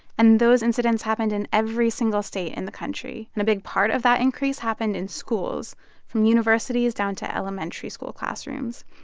and those incidents happened in every single state in the country. and a big part of that increase happened in schools from universities down to elementary school classrooms.